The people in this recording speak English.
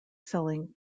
selling